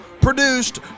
Produced